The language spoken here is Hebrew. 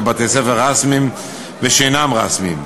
בבתי-ספר רשמיים ושאינם רשמיים.